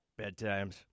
bedtimes